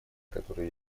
которые